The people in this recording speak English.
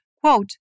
quote